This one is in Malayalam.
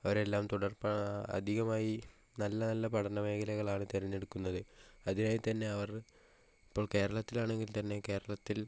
അവരെല്ലാം തുടർന്ന് അധികമായി നല്ലനല്ല പഠനമേഖലകളാണ് തിരഞ്ഞെടുക്കുന്നത് അതിനായി തന്നെ അവർ ഇപ്പോൾ കേരളത്തിലാണെങ്കിൽ തന്നെ കേരളത്തിൽ